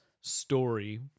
story